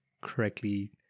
correctly